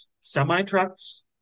semi-trucks